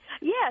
Yes